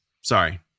Sorry